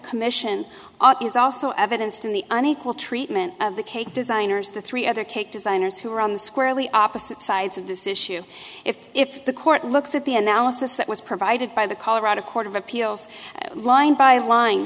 commission on is also evidence to the unequal treatment of the cake designers the three other cake designers who are on the squarely opposite sides of this issue if the court looks at the analysis that was provided by the colorado court of appeals line by lin